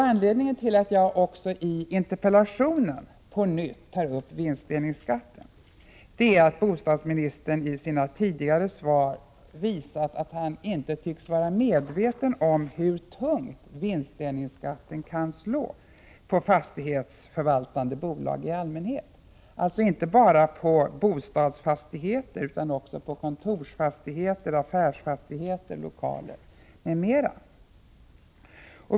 Anledningen till att jag också i interpellationen på nytt tar upp vinstdelningsskatten är att bostadsministern i sina tidigare svar har visat att han inte tycks vara medveten om hur tungt vinstdelningsskatten kan slå på fastighetsförvaltande bolag i allmänhet — inte bara på bostadsfastigheter utan också på kontorsoch affärsfastigheter samt på andra lokaler.